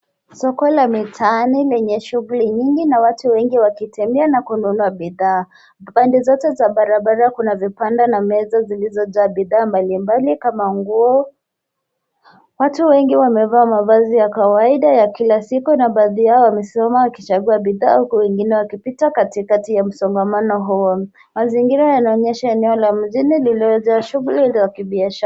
Soko la mitaani lenye shughuli nyingi na watu wengi wakitembea na kununua bidhaa. Pande zote za barabara kuna vibanda na meza zilizojaa bidhaa mbalimbali kama nguo. Watu wengi wamevaa mavazi ya kawaida ya kila siku na baadhi yao wamesimama wakichagua bidhaa huku wengine wakipita katikati ya msongamano huo. Mazingira yanaonyesha eneo la mjini lililojaa shughuli za kabiashara.